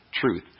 truth